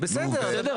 בסדר.